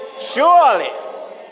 Surely